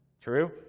True